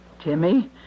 Timmy